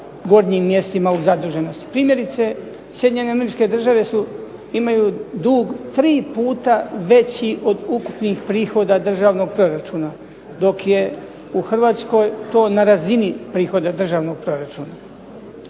gornjim mjestima u zaduženosti. Primjerice Sjedinjene Američke Države su, imaju dug 3 puta veći od ukupnih prihoda državnog proračuna, dok je u Hrvatskoj to na razini prihoda državnog proračuna.